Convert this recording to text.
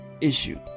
issue